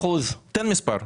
תן מספר.